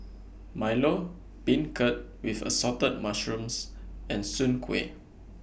Milo Beancurd with Assorted Mushrooms and Soon Kuih